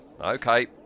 Okay